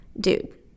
Dude